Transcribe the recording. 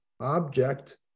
object